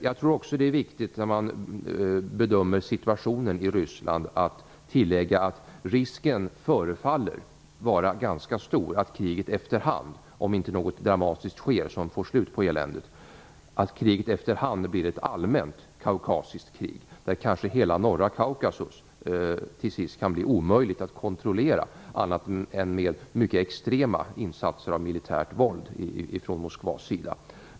Jag tror också att det är viktigt att tillägga att risken förefaller vara ganska stor att kriget efter hand - om inte något dramatiskt sker som får slut på eländet - blir ett allmänt kaukasiskt krig, där hela norra Kaukasus till sist kan bli omöjligt att kontrollera annat än med mycket extrema insatser av militärt våld från Moskvas sida.